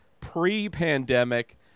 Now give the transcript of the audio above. pre-pandemic